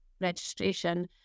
registration